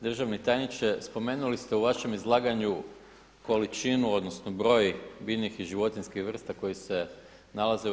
Državni tajniče, spomenuli ste u vašem izlaganju količinu, odnosno broj biljnih i životinjskih vrsta koji se nalaze u RH.